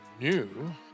new